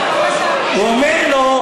והוא אומר לו: